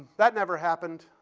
that never happened.